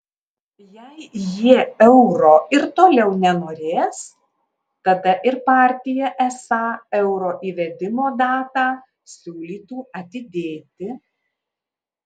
jei jie euro ir toliau nenorės tada ir partija esą euro įvedimo datą siūlytų atidėti